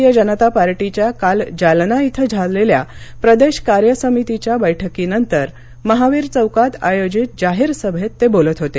भारतीय जनतापार्टीच्या काल जालना इथं झालेल्या प्रदेश कार्य समितीच्या बैठकीनंतर महावीर चौकात आयोजित जाहीर सभेत ते बोलत होते